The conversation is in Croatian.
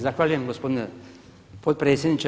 Zahvaljujem gospodine potpredsjedniče.